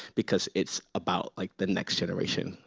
because it's about like the next generation.